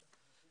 ההזמנה.